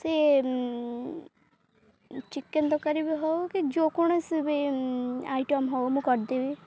ସେ ଚିକେନ୍ ତରକାରୀ ବି ହଉ କି ଯେକୌଣସି ବି ଆଇଟମ୍ ହଉ ମୁଁ କରିଦେବି